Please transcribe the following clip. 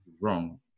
wrong